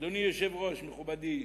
אדוני היושב-ראש מכובדי,